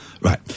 Right